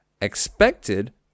expected